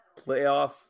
playoff